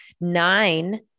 nine